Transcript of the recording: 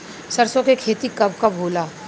सरसों के खेती कब कब होला?